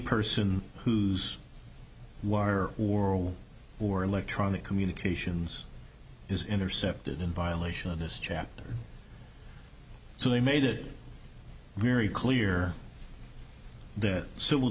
person whose oral or electronic communications is intercepted in violation of this chapter so they made it very clear that civil